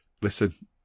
listen